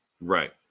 Right